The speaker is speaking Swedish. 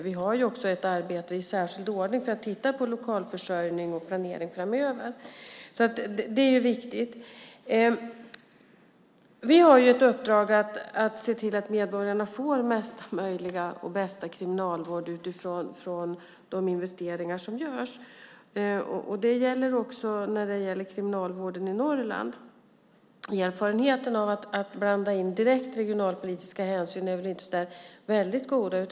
Vi har också ett arbete i särskild ordning för att se över lokalförsörjning och planering framöver. Vi har ett uppdrag att se till att medborgarna får bästa och mesta kriminalvård utifrån de investeringar som görs. Det gäller också kriminalvården i Norrland. Erfarenheten av att blanda in direkta regionalpolitiska hänsyn är väl inte så väldigt goda.